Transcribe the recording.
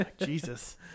Jesus